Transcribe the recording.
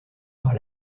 par